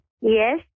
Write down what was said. Yes